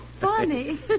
funny